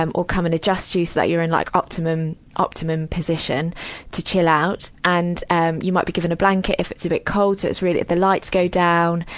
um or come and adjust you so that you're in like optimum, optimum position to chill out. and, um, and you might be given a blanket if it's a bit cold. so, it's really the lights go down.